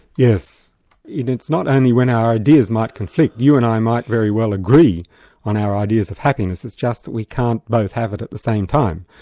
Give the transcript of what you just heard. yes, and it's not only when our ideas might conflict. you and i might very well agree on our ideas of happiness, it's just that we can't both have it at the same time.